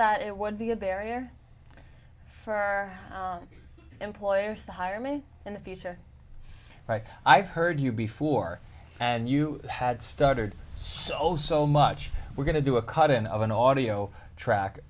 that it would be a barrier for our employers to hire me in the future i've heard you before and you had started so so much we're going to do a cut in of an audiobook track